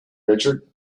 richard